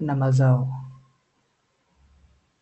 na mazao.